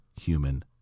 human